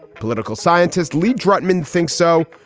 political scientist lee drutman thinks so.